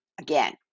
Again